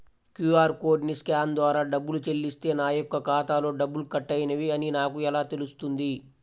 QR కోడ్ని scan ద్వారా డబ్బులు చెల్లిస్తే నా యొక్క ఖాతాలో డబ్బులు కట్ అయినవి అని నాకు ఎలా తెలుస్తుంది?